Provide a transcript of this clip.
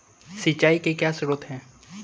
सिंचाई के क्या स्रोत हैं?